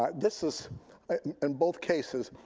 um this is in both cases,